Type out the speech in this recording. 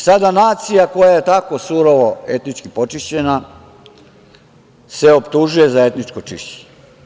Sada se nacija koja je tako surovo etnički počišćena optužuje za etničko čišćenje.